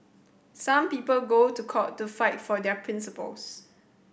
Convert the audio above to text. some people go to court to fight for their principles